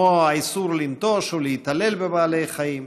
כמו האיסור לנטוש בעלי חיים או להתעלל בהם,